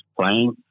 playing